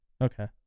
Okay